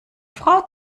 frau